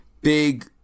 big